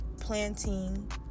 planting